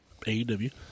AEW